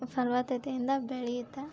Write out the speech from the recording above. ಫಲವತ್ತತೆಯಿಂದ ಬೆಳಿಯುತ್ತೆ